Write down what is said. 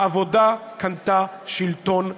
העבודה קנתה שלטון בכסף,